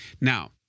Now